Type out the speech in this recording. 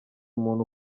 umuntu